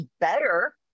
better